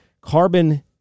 carbon